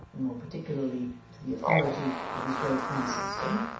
and more particularly to the authority of his great ancestor,